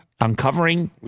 uncovering